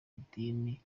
idini